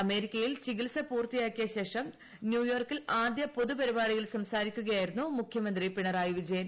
അമേരിക്കയിൽ ചികിൽസ പൂർത്തിയാക്കിയശേഷം ന്യൂയോർക്കിൽ ആദ്യ പൊതു പരിപാടിയിൽ സംസാരിക്കുകയായിരുന്നു മുഖ്യമന്ത്രി പിണറായി വിജയൻ